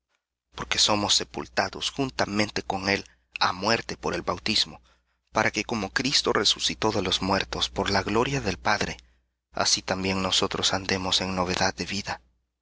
porque somos sepultados juntamente con él á muerte por el bautismo para que como cristo resucitó de los muertos por la gloria del padre así también nosotros andemos en novedad de vida